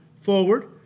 forward